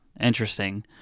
interesting